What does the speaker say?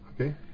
Okay